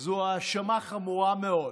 זה האשמה קשה מאוד.